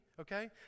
okay